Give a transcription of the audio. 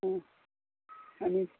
आनी